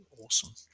awesome